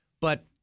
But-